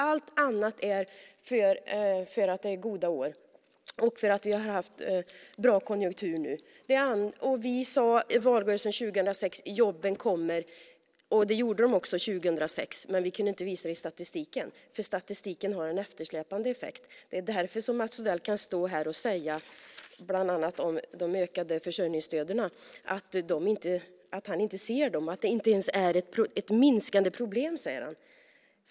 Allt annat beror på att vi har haft goda år och en bra konjunktur nu. Vi sade i valrörelsen 2006: Jobben kommer! Det gjorde de också 2006, men vi kunde inte visa det i statistiken, eftersom statistiken har en eftersläpande effekt. Det är därför Mats Odell kan stå här och tala bland annat om de ökande försörjningsstöden, att han inte ser dem och att det är ett minskande problem.